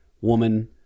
woman